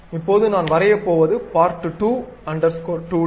இப்போது நான் வரையப்போவது part2 2d